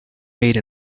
made